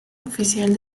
oficial